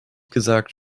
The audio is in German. gesagt